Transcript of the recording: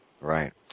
Right